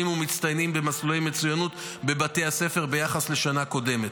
ולמצטיינים במסלולי מצוינות בבתי הספר ביחס לשנה הקודמת.